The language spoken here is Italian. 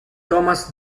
thomas